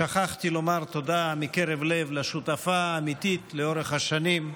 שכחתי לומר תודה מקרב לב לשותפה האמיתית לאורך השנים,